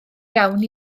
iawn